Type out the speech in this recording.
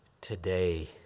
today